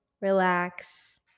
relax